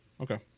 Okay